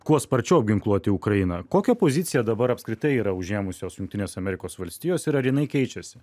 kuo sparčiau apginkluoti ukrainą kokią poziciją dabar apskritai yra užėmusios jungtinės amerikos valstijos ir ar jinai keičiasi